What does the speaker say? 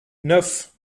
neuf